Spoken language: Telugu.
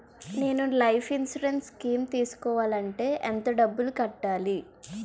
నేను లైఫ్ ఇన్సురెన్స్ స్కీం తీసుకోవాలంటే ఎంత డబ్బు కట్టాలి?